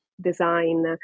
design